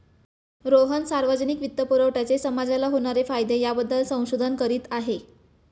रोहन सार्वजनिक वित्तपुरवठ्याचे समाजाला होणारे फायदे याबद्दल संशोधन करीत आहे